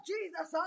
Jesus